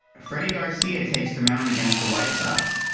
freddy garcia takes the mound against the white sox.